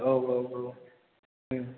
औ औ औ